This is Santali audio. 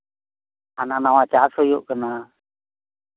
ᱦᱟᱱᱟ ᱱᱚᱣᱟ ᱪᱟᱥ ᱦᱳᱭᱳᱜ ᱠᱟᱱᱟ